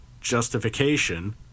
justification